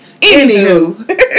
anywho